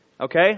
Okay